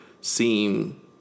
seem